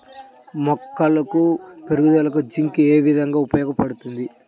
మొక్కల పెరుగుదలకు జింక్ ఏ విధముగా ఉపయోగపడుతుంది?